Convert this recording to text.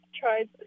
tried